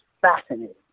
fascinating